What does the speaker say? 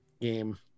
game